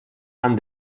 han